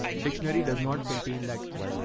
dictionary does not contain that key.